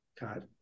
God